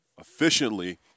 efficiently